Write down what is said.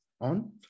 on